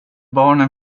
barnen